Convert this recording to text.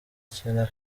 akina